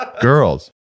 girls